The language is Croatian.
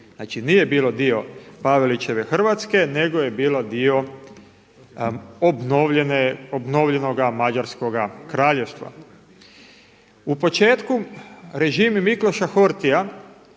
Znači nije bilo dio Pavelićeve Hrvatske nego je bilo dio obnovljenoga mađarskoga kraljevstva. U početku režim …/Govornik